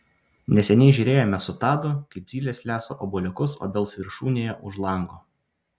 neseniai žiūrėjome su tadu kaip zylės lesa obuoliukus obels viršūnėje už lango